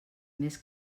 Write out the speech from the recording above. més